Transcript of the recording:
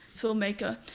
filmmaker